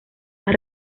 las